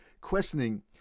questioning